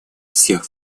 всех